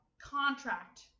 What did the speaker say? contract